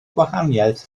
gwahaniaeth